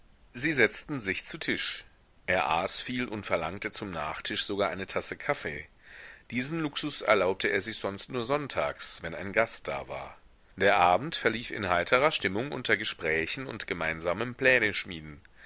sie setzten sich zu tisch er aß viel und verlangte zum nachtisch sogar eine tasse kaffee diesen luxus erlaubte er sich sonst nur sonntags wenn ein gast da war der abend verlief in heiterer stimmung unter gesprächen und gemeinsamem